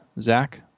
Zach